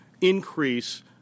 increase